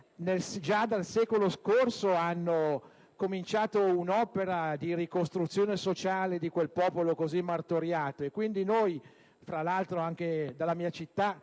già dal secolo scorso hanno cominciato un'opera di ricostruzione sociale di quel popolo così martoriato. Tra l'altro, anche da Lecco, la mia città,